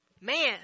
Man